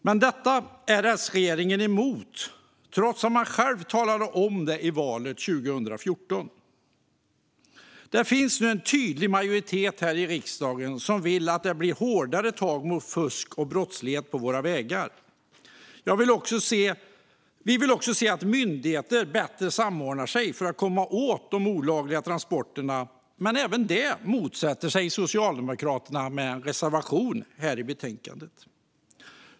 Men detta är S-regeringen emot trots att man själv talat om detta i valet 2014. Det finns nu en tydlig majoritet här i riksdagen som vill att det blir hårdare tag mot fusk och brottslighet på våra vägar. Vi vill också se att myndigheter bättre samordnar sig för att komma åt de olagliga transporterna. Men även det motsätter sig Socialdemokraterna med en reservation till betänkandet.